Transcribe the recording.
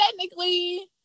technically